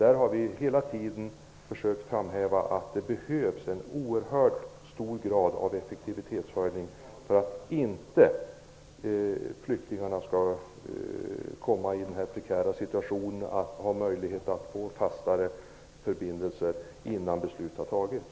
Vi har hela tiden försökt framhäva att det behövs en oerhört stor grad av effektivitetshöjning för att flyktingarna inte skall komma i den prekära situation att de befinner sig i fastare förbindelser innan beslut har fattats.